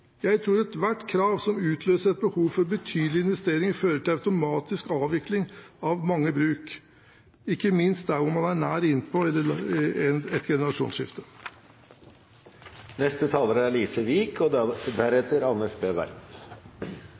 Jeg tror ethvert krav som utløser et behov for betydelige investeringer, vil føre til automatisk avvikling av mange bruk, ikke minst der hvor man er nær et generasjonsskifte. Det ble enighet mellom staten og Norges Bondelag om jordbruksavtalen for 2016–2017. Det er